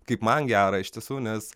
kaip man gera iš tiesų nes